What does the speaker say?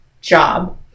job